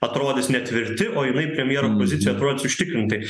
atrodys netvirti o jinai premjero pozicijoj atrodys užtikrintai